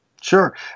Sure